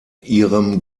ihrem